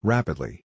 Rapidly